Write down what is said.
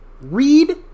Read